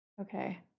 Okay